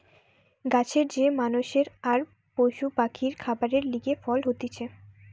গাছের যে মানষের আর পশু পাখির খাবারের লিগে ফল হতিছে